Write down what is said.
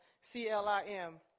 C-L-I-M